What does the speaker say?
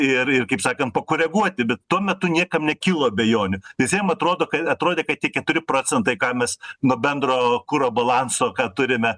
irir kaip sakant pakoreguoti bet tuo metu niekam nekilo abejonių visiem atrodo kad atrodė kad tie keturi procentai ką mes nuo bendro kuro balanso ką turime